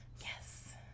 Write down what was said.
Yes